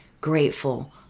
grateful